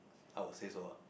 I will say so ah